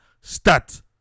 start